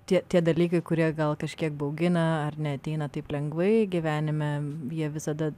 tie tie dalykai kurie gal kažkiek baugina ar neateina taip lengvai gyvenime jie visada